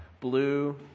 Blue